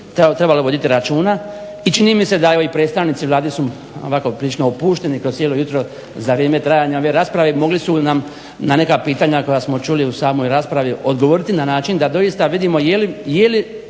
trebalo voditi računa i čini mi se da ovi predstavnici Vlade su ovako prilično opušteni cijelo jutro za vrijeme trajanja ove rasprave mogli su nam na neka pitanja koja smo čuli u samoj raspravi odgovoriti na način da doista vidimo je li